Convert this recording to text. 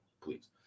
please